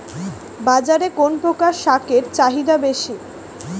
বাজারে কোন প্রকার শাকের চাহিদা বেশী?